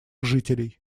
жителей